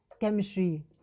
Chemistry